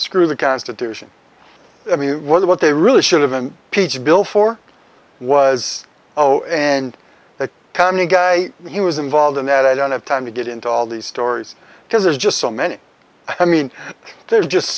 screw the constitution i mean what they really should have him peach bill for was oh and that tommy guy he was involved in that i don't have time to get into all these stories because there's just so many i mean there's just